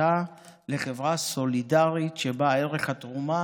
והפיכתה לחברה סולידרית שבה ערך התרומה